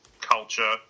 culture